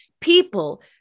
people